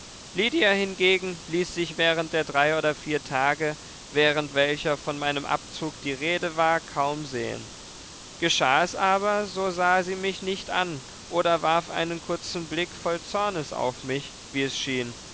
lydia hingegen ließ sich während der drei oder vier tage während welcher von meinem abzug die rede war kaum sehen geschah es aber so sah sie mich nicht an oder warf einen kurzen blick voll zornes auf mich wie es schien